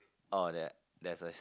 orh there there's a